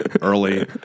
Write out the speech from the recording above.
early